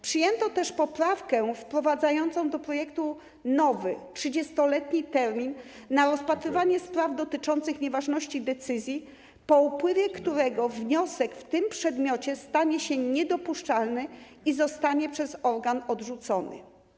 Przyjęto też poprawkę wprowadzającą do projektu nowy, 30-letni termin na rozpatrywanie spraw dotyczących nieważności decyzji, po upływie którego wniosek w tym przedmiocie stanie się niedopuszczalny i zostanie przez organ odrzucony.